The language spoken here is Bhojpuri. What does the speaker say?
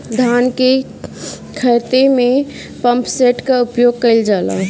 धान के ख़हेते में पम्पसेट का उपयोग कइल जाला?